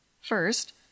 First